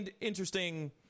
interesting